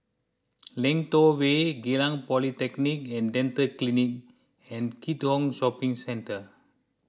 Lentor Way Geylang Polyclinic and Dental Clinic and Keat Hong Shopping Centre